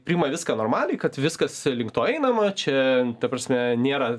priima viską normaliai kad viskas link to einama čia ta prasme nėra